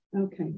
Okay